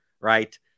right